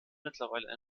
mittlerweile